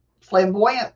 flamboyant